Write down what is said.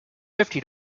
fifty